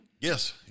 Yes